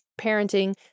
parenting